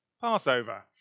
Passover